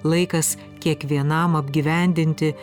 laikas kiekvienam apgyvendinti